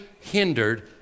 hindered